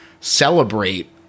celebrate